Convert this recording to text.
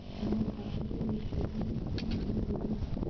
मोर खाता के स्टेटमेंट कोन ह देही?